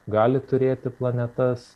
gali turėti planetas